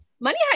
Money